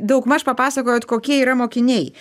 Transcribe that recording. daugmaž papasakojot kokie yra mokiniai